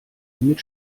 mit